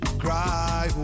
cry